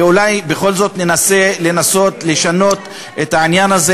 ואולי בכל זאת ננסה לשנות את העניין הזה